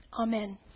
Amen